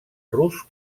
rus